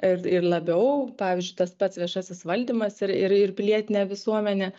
ir ir labiau pavyzdžiui tas pats viešasis valdymas ir ir ir pilietinė visuomenė